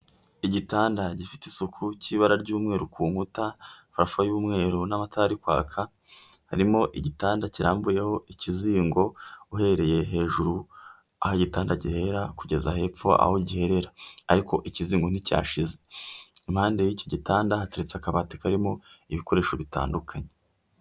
Igitanda gifite isuku cy'ibara ry'umweru ku nkuta, parafo y'umweru n'amatara ari kwaka harimo igitanda kirambuyeho ikizingo uhereye hejuru aho igitanda gihera kugeza hepfo aho giherera, ariko ikizigo nticyashize, impande y'icyo gitanda hateretse akabati karimo ibikoresho bitandukanye.